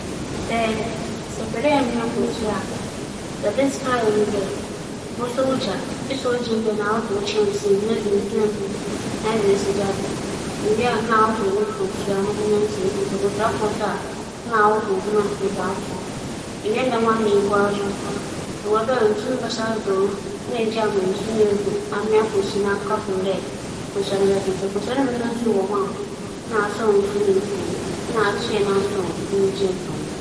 Sɛ epɛ dɛ enoa kyirefuwa a, ma ibɛyɛ ara nye dɛ, odzi kan ibͻhohor wo kyirefuwa no ho ma no ho fi nyinara efi ho na ewia edze bͻto daadzesan mu na asaw nsu egu ho na ese nkyen ato mu akata do ewia a nna edze esi gya do na ehuw bɛyɛ sema eduonu enum dze rokͻ eduasa ntamu. ͻno ekyir no, nna ͻkyerɛ dɛ wo kyirefuwa no aben ntsi itum tue. Itue a, nna asͻn noho nsu awaawaa ho.